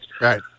Right